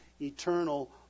eternal